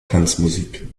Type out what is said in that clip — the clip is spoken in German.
tanzmusik